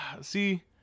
see